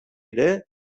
ere